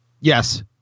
Yes